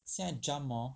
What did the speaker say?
现在 jump hor